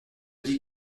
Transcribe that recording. dit